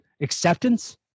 acceptance